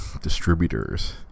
distributors